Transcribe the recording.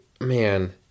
man